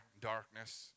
darkness